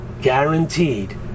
guaranteed